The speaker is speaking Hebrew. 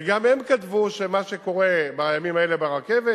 וגם הם כתבו שמה שקורה בימים האלה ברכבת